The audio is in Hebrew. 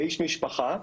כאיש משפחה,